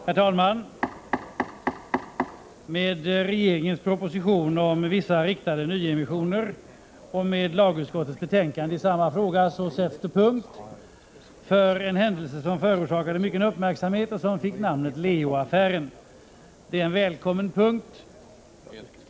Herr talman! Med regeringens proposition om vissa riktade nyemissioner och med lagutskottets betänkande i samma fråga sätts det punkt för en händelse, som förorsakade mycken uppmärksamhet och som fick beteckningen Leoaffären. Det är en välkommen punkt.